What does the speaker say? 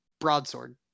broadsword